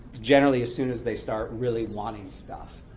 generally as soon as they start really wanting stuff,